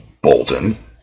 Bolton